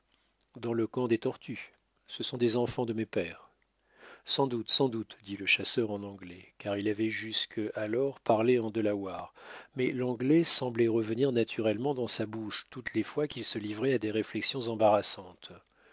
dans le camp des tortues ce sont des enfants de mes pères sans doute sans doute dit le chasseur en anglais car il avait jusque alors parlé en delaware mais l'anglais semblait revenir naturellement dans sa bouche toutes les fois qu'il se livrait à des réflexions embarrassantes